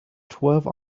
twelve